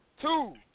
Two